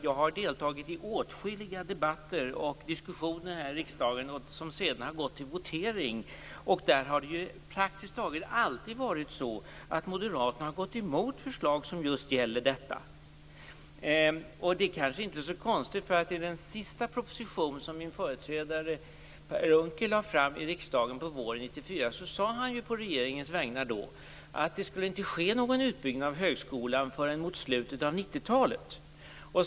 Jag har deltagit i åtskilliga debatter och diskussioner kring detta här i riksdagen, men i den följande voteringen har moderaterna praktiskt taget alltid gått emot dessa förslag. Det är kanske inte så konstigt, eftersom min företrädare Per Unckel i den sista proposition han lade fram i riksdagen på våren 1994 på regeringens vägnar sade att det inte skulle ske någon utbyggnad av högskolan förrän mot slutet av 90-talet.